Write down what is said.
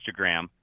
Instagram